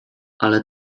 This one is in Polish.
ale